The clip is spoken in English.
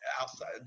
outside